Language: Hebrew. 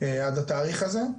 עד לתאריך הזה.